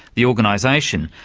the organisation,